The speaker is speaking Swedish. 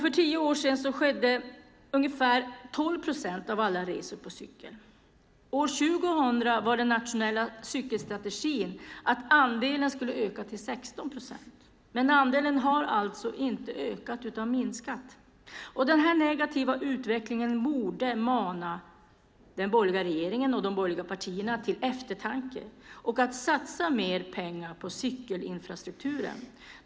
För tio år sedan skedde ungefär 12 procent av alla resor på cykel. År 2000 var den nationella cykelstrategin att andelen skulle öka till 16 procent. Men andelen har alltså inte ökat utan minskat. Denna negativa utveckling borde mana den borgerliga regeringen och de borgerliga partierna till eftertanke och till att satsa mer pengar på cykelinfrastrukturen.